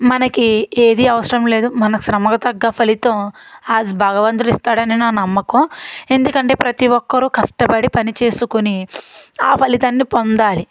మనకి ఏదీ అవసరం లేదు మన శ్రమకు తగ్గ ఫలితం ఆ భగవంతుడు ఇస్తాడని నా నమ్మకం ఎందుకంటే ప్రతీ ఒక్కరు కష్టపడి పనిచేసుకొని ఆ ఫలితాన్ని పొందాలి